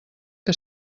que